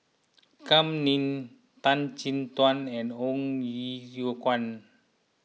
Kam Ning Tan Chin Tuan and Ong Ye Kung